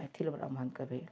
मैथिल ब्राह्मण कऽ होइछै